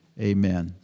amen